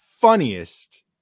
funniest